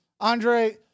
Andre